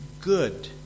good